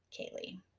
Kaylee